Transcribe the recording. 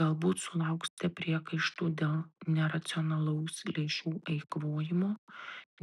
galbūt sulauksite priekaištų dėl neracionalaus lėšų eikvojimo